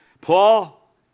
Paul